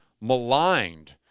maligned